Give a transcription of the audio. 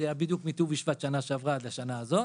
היה מט"ו בשבט שנה שעברה עד לשנה הזאת